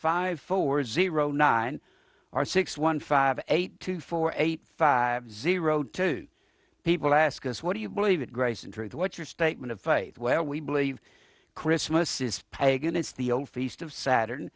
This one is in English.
five forward zero nine r six one five eight two four eight five zero two people ask us what do you believe that grace and truth what your statement of faith where we believe christmas is pagan it's the old feast of saturn